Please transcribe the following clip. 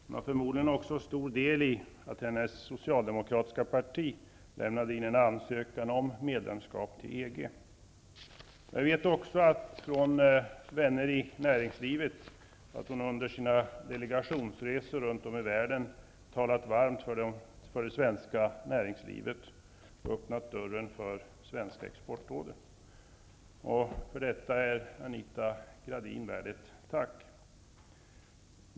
Hon har förmodligen också stor del i att den socialdemokratiska regeringen lämnade in en ansökan om medlemskap till EG. Jag vet också, från vänner i näringslivet, att hon talat varmt för det svenska näringslivet under sina delegationsresor runt om i världen och därigenom öppnat dörren för svenska exportorder. För detta är Anita Gradin värd ett tack.